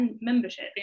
membership